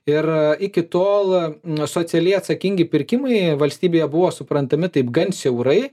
ir iki tol socialiai atsakingi pirkimai valstybėje buvo suprantami taip gan siaurai